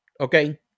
Okay